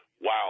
wow